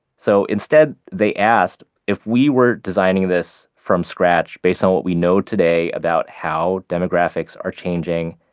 so instead they asked if we were designing this from scratch based on what we know today about how demographics are changing,